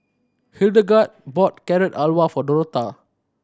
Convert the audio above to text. Hildegarde bought Carrot Halwa for Dorotha